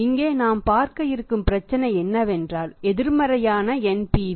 இங்கே நாம் பார்க்க இருக்கும் பிரச்சனை என்னவென்றால் எதிர்மறையான NPV